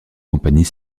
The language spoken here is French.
compagnies